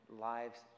lives